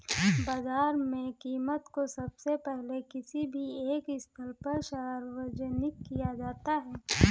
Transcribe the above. बाजार में कीमत को सबसे पहले किसी भी एक स्थल पर सार्वजनिक किया जाता है